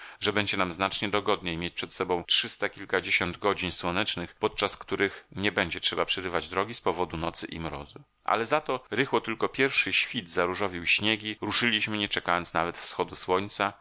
że będzie nam znacznie dogodniej mieć przed sobą trzysta kilkadziesiąt godzin słonecznych podczas których nie będzie trzeba przerywać drogi z powodu nocy i mrozu ale zato rychło tylko pierwszy świt zaróżowił śniegi ruszyliśmy nie czekając nawet wschodu słońca